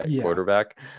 quarterback